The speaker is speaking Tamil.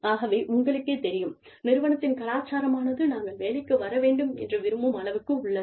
ஆகவே உங்களுக்கேத் தெரியும் நிறுவனத்தின் கலாச்சாரமானது நாங்கள் வேலைக்கு வர வேண்டும் என்று விரும்பும் அளவுக்கு உள்ளது